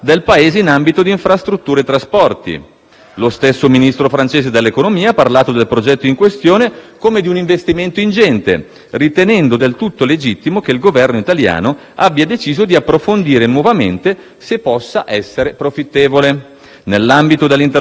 Lo stesso Ministro francese dell'economia ha parlato del progetto in questione come di un investimento ingente, ritenendo del tutto legittimo che il Governo italiano abbia deciso di approfondire nuovamente se possa essere profittevole. Nell'ambito dell'interlocuzione con il Ministro francese è stata condivisa